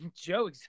Joe